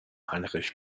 heinrich